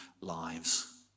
lives